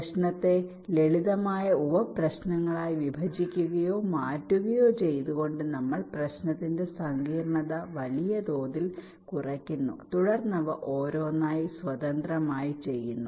പ്രശ്നത്തെ ലളിതമായ ഉപപ്രശ്നങ്ങളായി വിഭജിക്കുകയോ മാറ്റുകയോ ചെയ്തുകൊണ്ട് നമ്മൾ പ്രശ്നത്തിന്റെ സങ്കീർണ്ണത വലിയ തോതിൽ കുറയ്ക്കുന്നു തുടർന്ന് അവ ഓരോന്നായി സ്വതന്ത്രമായി കൈകാര്യം ചെയ്യുന്നു